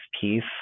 piece